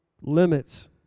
limits